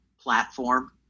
platform